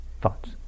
thoughts